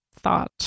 thought